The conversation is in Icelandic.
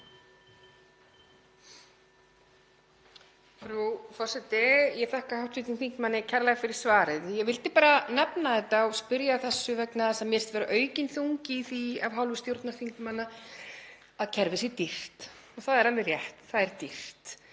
Frú forseti. Ég þakka hv. þingmanni kærlega fyrir svarið. Ég vildi bara nefna þetta og spyrja að þessu vegna þess að mér finnst vera aukinn þungi í því af hálfu stjórnarþingmanna að kerfið sé dýrt og það er alveg rétt, það er dýrt.